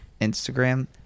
Instagram